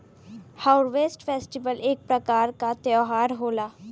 harvest festival एक प्रकार क त्यौहार होला